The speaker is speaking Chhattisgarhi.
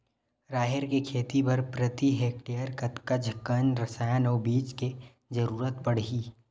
राहेर के खेती बर प्रति हेक्टेयर कतका कन रसायन अउ बीज के जरूरत पड़ही?